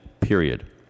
Period